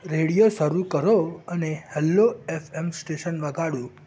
radio શરુ કરો અને હૅલો ઍફ ઍમ સ્ટેશન વગાડો